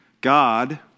God